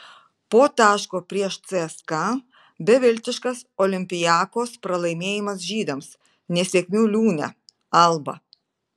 po taško prieš cska beviltiškas olympiakos pralaimėjimas žydams nesėkmių liūne alba